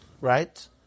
right